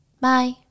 Bye